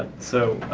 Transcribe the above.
so,